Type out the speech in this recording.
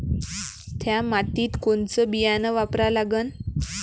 थ्या मातीत कोनचं बियानं वापरा लागन?